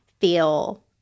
feel